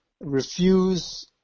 refuse